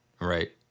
Right